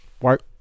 work